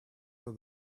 are